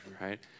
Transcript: right